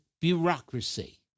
bureaucracy